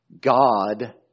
God